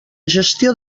gestió